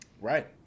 Right